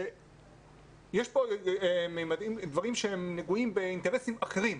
שיש פה דברים שהם נגועים באינטרסים אחרים.